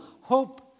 hope